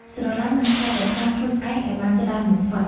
ស្រឡាញ់ និងថែរក្សាខ្លួនឯងឱ្យបានច្រើនបំផុត។